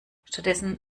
stattdessen